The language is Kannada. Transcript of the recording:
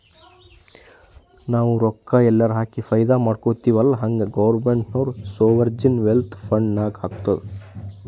ನಾವು ರೊಕ್ಕಾ ಎಲ್ಲಾರೆ ಹಾಕಿ ಫೈದಾ ಮಾಡ್ಕೊತಿವ್ ಅಲ್ಲಾ ಹಂಗೆ ಗೌರ್ಮೆಂಟ್ನು ಸೋವರ್ಜಿನ್ ವೆಲ್ತ್ ಫಂಡ್ ನಾಗ್ ಹಾಕ್ತುದ್